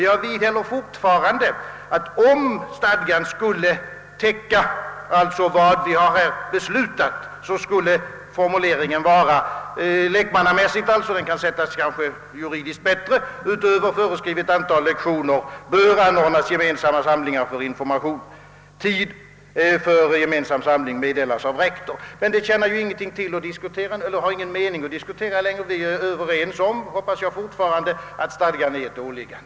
Jag vidhåller, att stadgan på denna punkt för att täcka riksdagsbeslutet borde i sak — juridiskt kan det naturligtvis formuleras bättre — ha lydit: »Utöver föreskrivet antal lektioner bör anordnas gemensamma samlingar för information. Tid för gemensam samling meddelas av rektor.» Men en diskussion om denna sak har ju inte längre någon betydelse, eftersom vi — vilket jag fortfarande hoppas är fallet är överens om att stadgans formulering innebär ett åliggande.